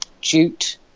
jute